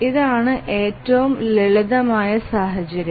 ഇതാണ് ഏറ്റവും ലളിതമായ സാഹചര്യം